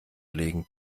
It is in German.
legen